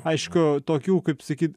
aišku tokių kaip sakyt